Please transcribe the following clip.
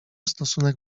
stosunek